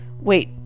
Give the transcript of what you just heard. Wait